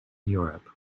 europe